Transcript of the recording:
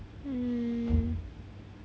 mm